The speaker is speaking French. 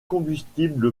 combustible